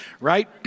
right